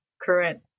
current